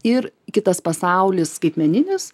ir kitas pasaulis skaitmeninis